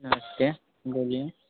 नमस्ते बोलिए